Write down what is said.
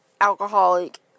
alcoholic